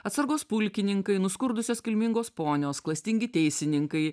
atsargos pulkininkai nuskurdusios kilmingos ponios klastingi teisininkai